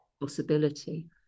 possibility